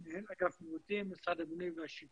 מנהל אגף מיעוטים במשרד הבינוי והשיכון.